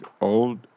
old